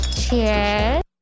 Cheers